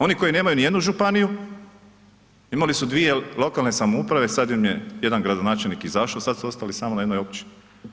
Oni koji nemaju nijednu županiju, imali su dvije lokalne samouprave, sad im je jedan gradonačelnik izašao, sad su ostali samo na jednoj općini.